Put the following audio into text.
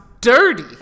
dirty